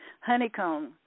Honeycomb